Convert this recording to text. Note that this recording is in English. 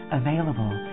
available